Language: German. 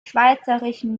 schweizerischen